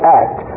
act